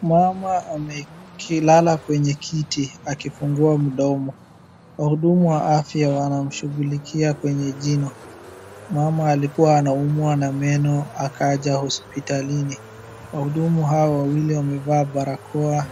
mama amelala kwenye kiti akifungua mdomo wahudumu wa afya wanamshughulikia kwenye jino ,mama alikuwa anaumwa na meno akaja hospitalini, wahudumu hawa wawili wamevaa barakoa